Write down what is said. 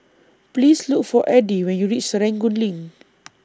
Please Look For Eddy when YOU REACH Serangoon LINK